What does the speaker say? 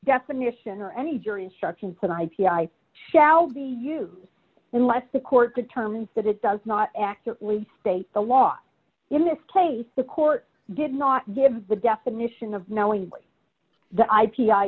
definition or any jury instructions that i p i shall be used unless the court determines that it does not accurately state the law in this case the court did not give the definition of knowingly the i